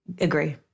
Agree